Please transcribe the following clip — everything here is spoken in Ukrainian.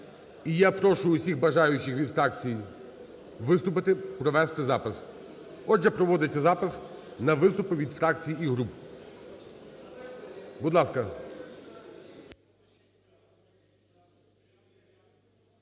І я прошу всіх бажаючих від фракцій виступити, провести запис. Отже, проводиться запис на виступи від фракцій і груп, будь ласка.